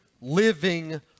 living